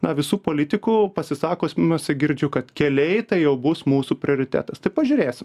na visų politikų pasisakomuose girdžiu kad keliai tai jau bus mūsų prioritetas tai pažiūrėsim